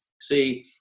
see